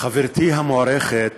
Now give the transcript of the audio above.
חברתי המוערכת